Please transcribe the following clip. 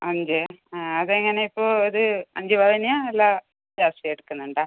അഞ്ച് ആ അത് എങ്ങനെ ഇപ്പോൾ ഒരു അഞ്ച് പവനോ അല്ല ജാസ്തി എടുക്കുന്നുണ്ടോ